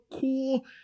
cool